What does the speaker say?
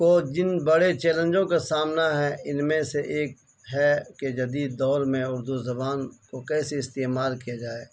کو جن بڑے چیلنجوں کا سامنا ہے ان میں سے ایک ہے کہ جدید دور میں اردو زبان کو کیسے استعمال کیا جائے